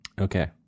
Okay